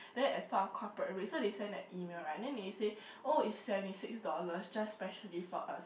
then as part of corporate rate so they send a e-mail right then they say oh it's seventy six dollars just specially for us